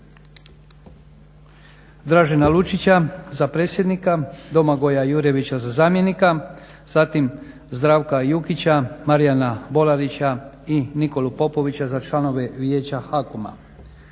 Dražena Lučića za predsjednika, Domagoja Jurjevića za zamjenika, zatim Zdravka Jukića, Marijana Bolarića i Nikolu Popovića za članove Vijeća HAKOM-a.